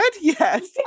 yes